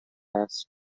است